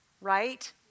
right